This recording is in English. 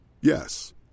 Yes